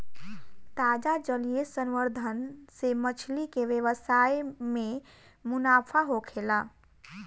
ताजा जलीय संवर्धन से मछली के व्यवसाय में मुनाफा होखेला